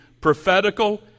prophetical